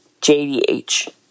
JDH